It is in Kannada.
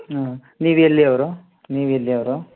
ಹ್ಞೂ ನೀವು ಎಲ್ಲಿ ಅವರು ನೀವು ಎಲ್ಲಿ ಅವರು